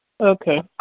Okay